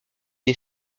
est